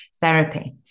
therapy